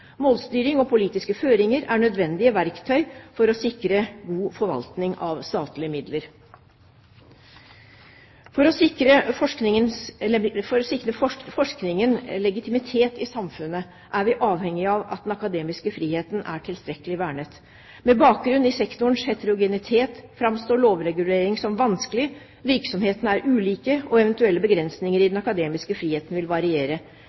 Målstyring og politiske føringer er nødvendige verktøy for å sikre god forvaltning av statlige midler. For å sikre forskningen legitimitet i samfunnet er vi avhengig av at den akademiske friheten er tilstrekkelig vernet. Med bakgrunn i sektorens heterogenitet framstår lovregulering som vanskelig – virksomhetene er ulike, og eventuelle begrensninger i den akademiske friheten vil variere.